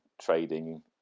trading